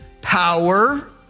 power